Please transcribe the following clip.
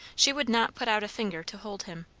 she would not put out a finger to hold him.